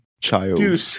Child